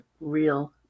real